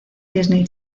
disney